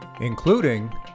including